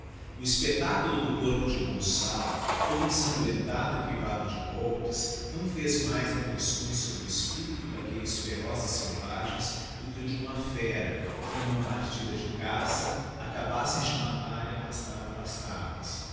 o espectáculo do corpo de gonçalo todo ensanguentado e crivado de golpes não fez mais impressões sobre o espirito d aquelles ferozes selvagens do que o de uma fera que em uma partida de caça acabassem de matar e arrastar para as tabas